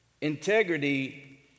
Integrity